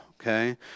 okay